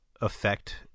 affect –